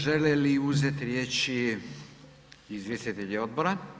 Žele li uzeti riječi izvjestitelji odbora?